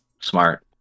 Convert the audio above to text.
Smart